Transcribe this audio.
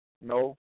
no